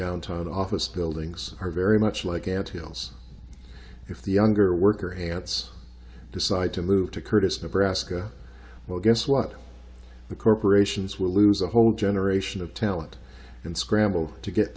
downtown office buildings are very much like ant hills if the younger worker ants decide to move to curtis nebraska well guess what the corporations will lose a whole generation of talent and scramble to get